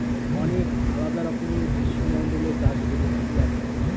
অনেক আলাদা রকমের গ্রীষ্মমন্ডলীয় গাছ থেকে কূয়া পাই